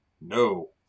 No